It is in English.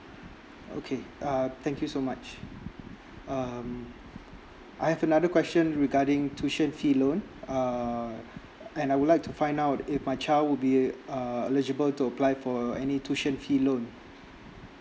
okay uh thank you so much um I've another question regarding tuition fee loan uh and I would like to find out if my child would be uh eligible to apply for any tuition fee loan